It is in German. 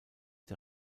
der